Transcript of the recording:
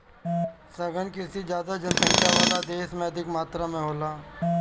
सघन कृषि ज्यादा जनसंख्या वाला देश में अधिक मात्रा में होला